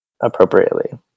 appropriately